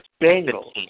Bengals